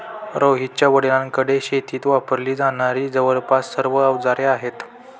रोहितच्या वडिलांकडे शेतीत वापरली जाणारी जवळपास सर्व अवजारे आहेत